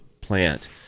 plant